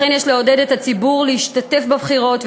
לכן יש לעודד את הציבור להשתתף בבחירות,